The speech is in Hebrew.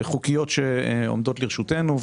חוקיות שעומדות לרשותנו.